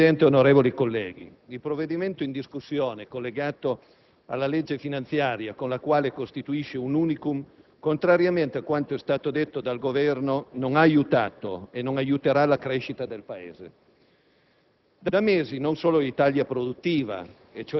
Signor Presidente, onorevoli colleghi, il provvedimento in discussione, collegato alla legge finanziaria, con la quale costituisce un *unicum,* contrariamente a quanto è stato detto dal Governo, non ha aiutato e non aiuterà la crescita del Paese.